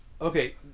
okay